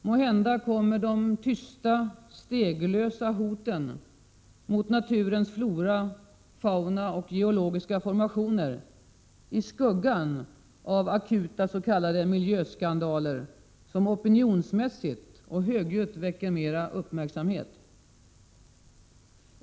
Måhända kommer de tysta, steglösa hoten mot naturens flora, fauna och geologiska formationer i skuggan av akuta s.k. miljöskandaler som opinionsmässigt, och högljutt, väcker mera uppmärksamhet.